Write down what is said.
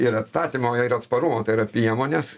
ir atstatymo ir atsparumo tai yra priemonės